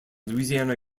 louisiana